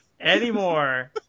anymore